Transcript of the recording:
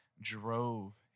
drove